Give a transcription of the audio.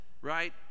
Right